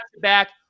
back